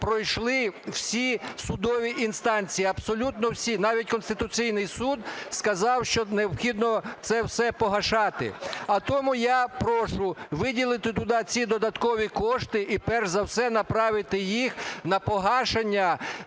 пройшли всі судові інстанції, абсолютно всі, навіть Конституційний Суд сказав, що необхідно це все погашати. А тому я прошу виділити туди ці додаткові кошти і перш за все направити їх на погашення